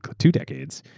ah two decades,